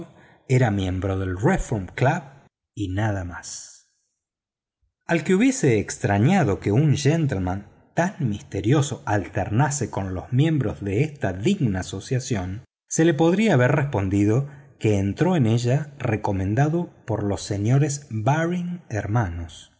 era miembro del reform club y nada más al que hubiese extrañado que un gentleman tan misterioso alternase con los miembros de esta digna asociación se le podría haber respondido que entró en ella recomendado por los señores baring hermanos